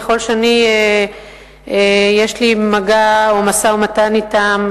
ככל שיש לי מגע או משא-ומתן אתם,